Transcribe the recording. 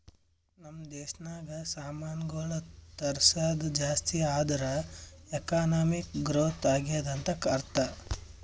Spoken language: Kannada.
ನಮ್ ದೇಶನಾಗ್ ಸಾಮಾನ್ಗೊಳ್ ತರ್ಸದ್ ಜಾಸ್ತಿ ಆದೂರ್ ಎಕಾನಮಿಕ್ ಗ್ರೋಥ್ ಆಗ್ಯಾದ್ ಅಂತ್ ಅರ್ಥಾ